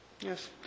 Yes